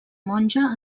monja